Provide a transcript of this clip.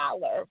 dollar